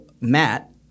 Matt